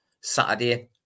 Saturday